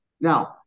now